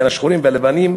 בין השחורים והלבנים.